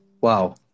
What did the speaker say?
Wow